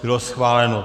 Bylo schváleno.